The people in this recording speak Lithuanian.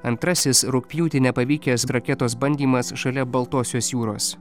antrasis rugpjūtį nepavykęs raketos bandymas šalia baltosios jūros